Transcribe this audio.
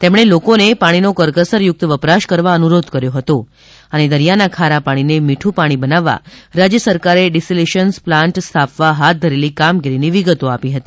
તેમણે લોકોને પાણીનો કરકસયુક્ત વપરાશ કરવા અનુરોધ કર્યો હતો અને દરિયાના ખારા પાણીને મીઠુ પાણી બનાવવા રાજ્ય સરકારે ડિસેલીનેશન પ્લાન્ટ સ્થાપવા હાથ ધરેલી કામગીરીની વિગતો આપી હતી